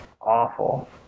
awful